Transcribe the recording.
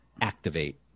activate